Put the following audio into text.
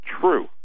true